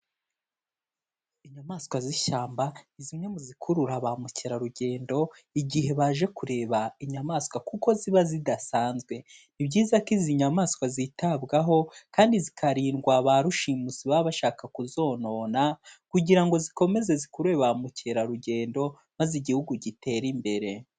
Inyamaswa z'ishyamba ni zimwe mu zikurura ba mukerarugendo igihe baje kureba inyamaswa kuko ziba zidasanzwe. Ni byiza ko izi nyamaswa zitabwaho, kandi zikarindwa ba rushimusi baba bashaka kuzonona kugira ngo zikomeze zikurure ba mukerarugendo, maze igihugu gitere imbere.